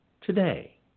today